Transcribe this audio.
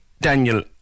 Daniel